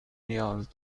نیاز